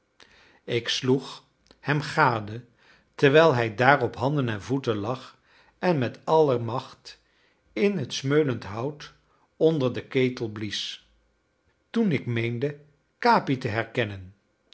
ik sloeg hem gade terwijl hij daar op handen en voeten lag en met alle macht in het smeulend hout onder den ketel blies toen ik meende capi te herkennen